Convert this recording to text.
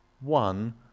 one